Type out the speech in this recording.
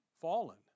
Fallen